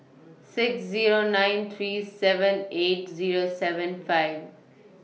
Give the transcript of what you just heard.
six Zero nine three seven eight Zero seven five